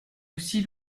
aussi